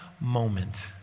moment